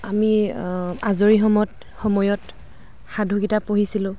আমি আজৰি সমঅত সময়ত সাধু কিতাপ পঢ়িছিলোঁ